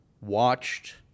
watched